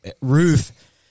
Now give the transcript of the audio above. Ruth